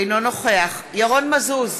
אינו נוכח ירון מזוז,